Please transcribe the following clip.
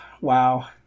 wow